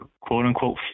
quote-unquote